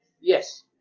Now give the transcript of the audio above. Yes